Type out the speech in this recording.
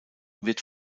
wird